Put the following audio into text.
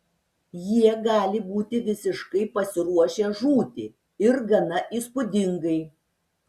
jie gali būti visiškai pasiruošę žūti ir gana įspūdingai